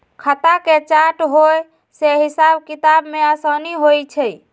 खता के चार्ट होय से हिसाब किताब में असानी होइ छइ